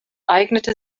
eignete